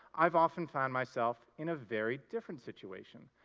i've often found myself in a very different situation,